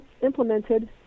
implemented